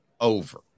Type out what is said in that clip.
over